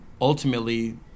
ultimately